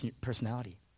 personality